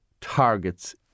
targets